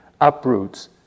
uproots